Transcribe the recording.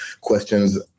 questions